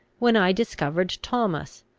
when i discovered thomas,